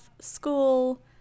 school